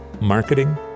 Marketing